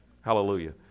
hallelujah